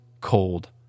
cold